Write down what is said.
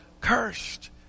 cursed